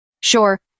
Sure